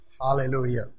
Hallelujah